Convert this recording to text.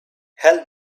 help